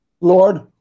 Lord